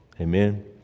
Amen